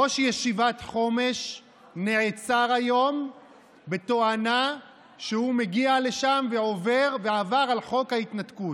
ראש ישיבת חומש נעצר היום בתואנה שהוא מגיע לשם ועובר על חוק ההתנתקות,